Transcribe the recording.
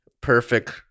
perfect